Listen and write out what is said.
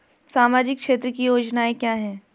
सामाजिक क्षेत्र की योजनाएं क्या हैं?